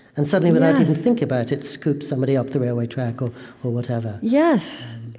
and suddenly, without even thinking about it, scoop somebody off the railway track, or or whatever yes.